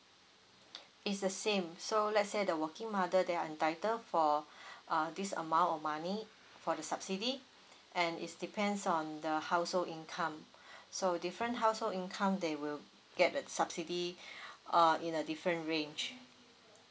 it's the same so let's say the working mother they are entitled for uh this amount of money for the subsidy and it's depends on the household income so different household income they will get a subsidy uh in a different range